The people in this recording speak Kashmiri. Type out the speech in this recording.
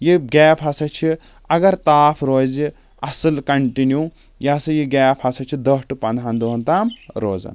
یہِ گیپ ہسا چھِ اَگر تاپھ روزِ اَصٕل کنٹنیوٗ یہِ ہسا یہِ گیپ ہسا چھِ دہ ٹو پنٛدہن دۄہَن تام روزان